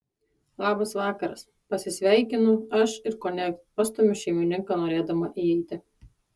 labas vakaras pasisveikinu aš ir kone pastumiu šeimininką norėdama įeiti